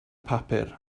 papur